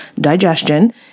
digestion